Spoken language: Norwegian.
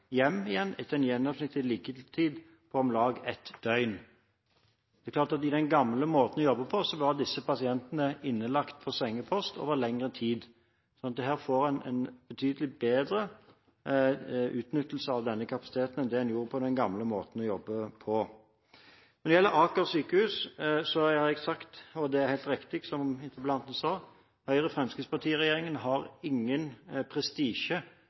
etter en gjennomsnittlig liggetid på om lag ett døgn. Det er klart at med den gamle måten å jobbe på var disse pasientene innlagt på sengepost over lengre tid. Her får en en betydelig bedre utnyttelse av denne kapasiteten enn det en gjorde med den gamle måten å jobbe på. Når det gjelder Aker sykehus, har jeg sagt – det er helt riktig som interpellanten sa – at Høyre–Fremskrittsparti-regjeringen har ingen prestisje